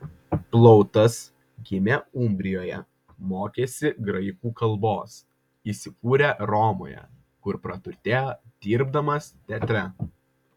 plautas gimė umbrijoje mokėsi graikų kalbos įsikūrė romoje kur praturtėjo dirbdamas teatre